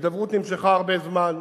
ההידברות נמשכה הרבה זמן,